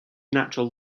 natural